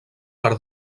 per